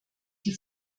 die